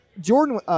Jordan